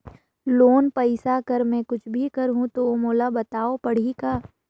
Loan पइसा कर मै कुछ भी करहु तो मोला बताव पड़ही का?